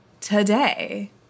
today